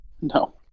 No